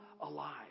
alive